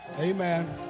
Amen